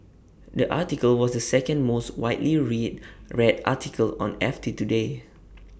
the article was the second most widely read red article on F T today